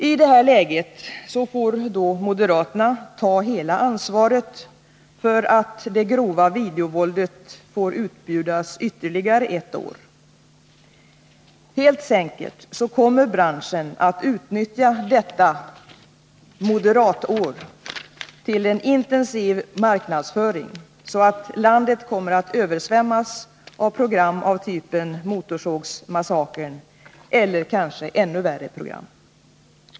I det här läget måste moderaterna ta hela ansvaret för att det grova videovåldet får utbjudas ytterligare ett år. Helt säkert kommer branschen att utnyttja detta ”moderatår” för en intensiv marknadsföring, så att landet kommer att översvämmas av program av typen Motorsågsmassakern, eller kanske av ännu värre program.